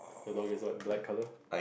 your dog is what black colour